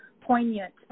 poignant